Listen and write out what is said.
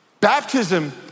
Baptism